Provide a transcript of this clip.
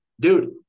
dude